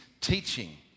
teaching